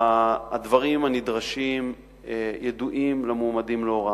שהדברים הנדרשים ידועים למועמדים להוראה,